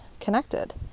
connected